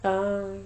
ah